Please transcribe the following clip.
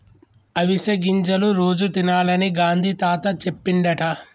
అవిసె గింజలు రోజు తినాలని గాంధీ తాత చెప్పిండట